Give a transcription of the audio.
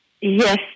Yes